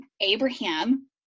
Abraham